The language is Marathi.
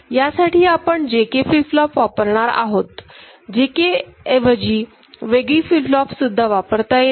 यासाठी आपण J K फ्लीप फ्लोप वापरणार आहोत J K ऐवजी वेगळी फ्लीप फ्लोप सुद्धा वापरता येते